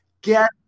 Get